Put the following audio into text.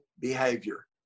behavior